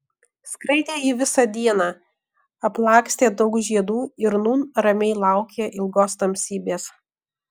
skraidė ji visą dieną aplakstė daug žiedų ir nūn ramiai laukė ilgos tamsybės